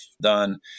done